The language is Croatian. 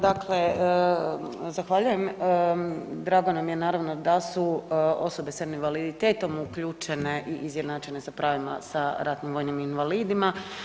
Dakle, zahvaljujem, drago nam je naravno da su osobe s invaliditetom uključene i izjednačene sa pravima sa ratnim vojnim invalidima.